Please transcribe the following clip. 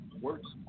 works